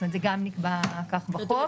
זה גם נקבע כך בחוק.